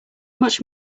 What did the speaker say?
much